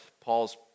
Paul's